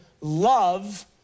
love